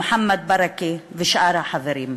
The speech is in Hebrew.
מוחמד ברכה ושאר החברים,